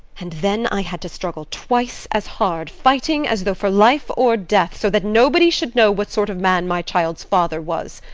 and then i had to struggle twice as hard, fighting as though for life or death, so that nobody should know what sort of man my child's father was.